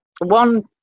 one